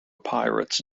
pirates